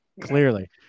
clearly